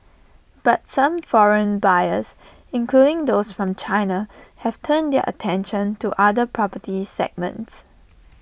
but some foreign buyers including those from China have turned their attention to other property segments